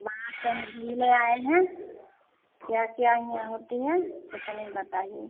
माघ के महीने आए हैं क्या क्या हियाँ होती है तो तनिक बताइए